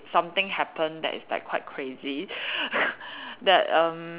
something happened that is like quite crazy that erm